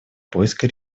поиска